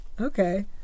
Okay